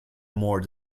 more